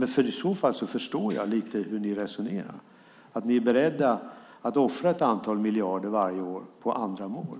I så fall förstår jag lite hur ni resonerar, att ni är beredda att offra ett antal miljarder varje år på andra mål.